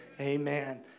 Amen